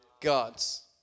God's